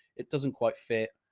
it doesn't quite fit.